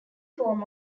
form